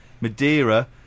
Madeira